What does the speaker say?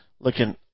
looking